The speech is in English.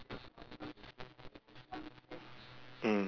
mm